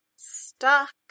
stuck